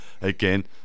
again